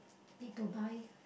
need to buy